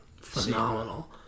phenomenal